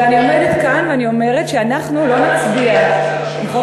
ואני עומדת כאן ואני אומרת שאנחנו לא נצביע אם חוק